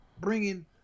bringing